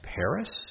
Paris